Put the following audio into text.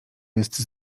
jest